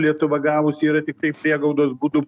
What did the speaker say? lietuva gavusi yra tiktai priegaudos būtų